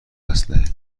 اسلحه